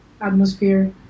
atmosphere